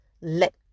let